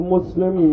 Muslim